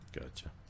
Gotcha